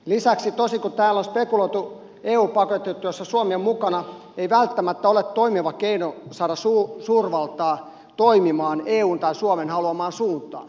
lisäksi toisin kuin täällä on spekuloitu eu pakotteet joissa suomi on mukana eivät välttämättä ole toimiva keino saada suurvalta toimimaan eun tai suomen haluamaan suuntaan